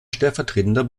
stellvertretender